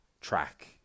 track